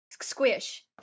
squish